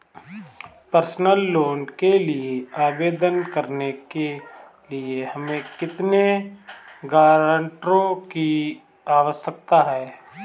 Personal loan के लिए आवेदन करने के लिए हमें कितने गारंटरों की आवश्यकता है?